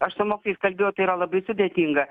aš su mokytojais kalbėjau tai yra labai sudėtinga